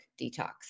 Detox